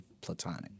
platonic